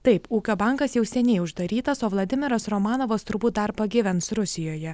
taip ūkio bankas jau seniai uždarytas o vladimiras romanovas turbūt dar pagyvens rusijoje